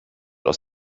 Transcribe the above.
aus